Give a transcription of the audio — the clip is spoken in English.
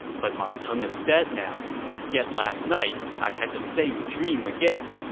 but ma teng is dead now yet last night i had the same dream again.